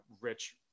rich